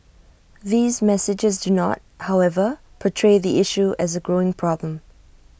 these messages do not however portray the issue as A growing problem